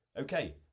okay